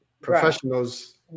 professionals